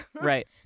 Right